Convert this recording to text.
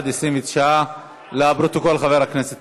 ההצעה להעביר את הצעת חוק גיל פרישה (תיקון מס' 6)